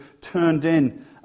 turned-in